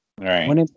Right